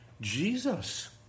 Jesus